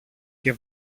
και